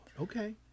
Okay